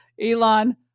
Elon